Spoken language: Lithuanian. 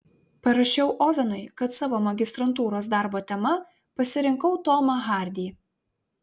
parašiau ovenui kad savo magistrantūros darbo tema pasirinkau tomą hardį